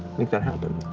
make that happen?